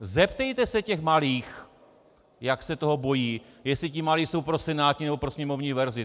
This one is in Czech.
Zeptejte se těch malých, jak se toho bojí, jestli ti malí jsou pro senátní, nebo pro sněmovní verzi.